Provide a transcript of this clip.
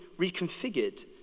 reconfigured